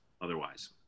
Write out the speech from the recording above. Otherwise